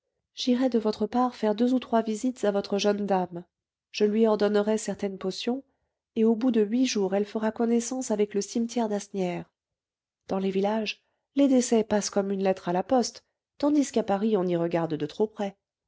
j'irai de votre part faire deux ou trois visites à votre jeune dame je lui ordonnerai certaines potions et au bout de huit jours elle fera connaissance avec le cimetière d'asnières dans les villages les décès passent comme une lettre à la poste tandis qu'à paris on y regarde de trop près